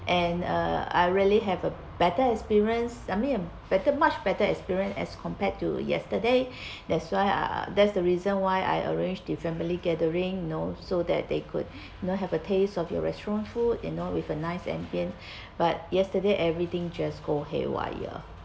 and uh I really have a better experience I mean better much better experience as compared to yesterday that's why uh that's the reason why I arrange the family gathering know so that they could you know have a taste of your restaurant food you know with a nice ambience but yesterday everything just go haywire